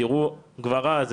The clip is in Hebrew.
תראו כבר אז,